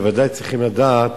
בוודאי הם צריכים לדעת